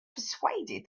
persuaded